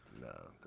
No